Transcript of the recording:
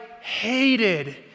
hated